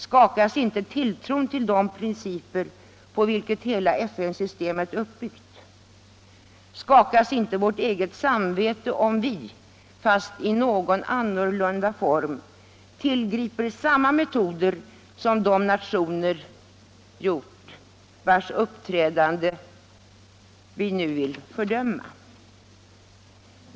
Skakas inte tilltron till de principer, på vilka hela FN-systemet är uppbyggt? Skakas inte vårt eget samvete om vi, fast i något annorlunda form, tillgriper samma metoder som de nationer gjort vars uppträdande vi nu vill fördöma?